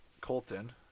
Colton